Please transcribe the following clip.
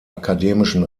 akademischen